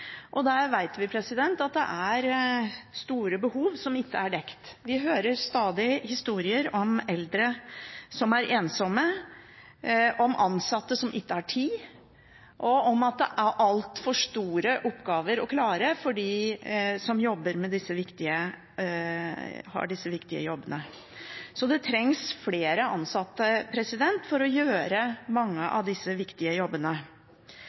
og der vet vi at det er store behov som ikke er dekket. Vi hører stadig historier om eldre som er ensomme, om ansatte som ikke har tid, og om at det er altfor store oppgaver å klare for dem som har disse viktige jobbene. Det trengs flere ansatte for å gjøre mange av disse viktige jobbene.